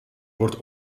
wordt